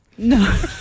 No